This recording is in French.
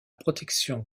protection